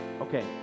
Okay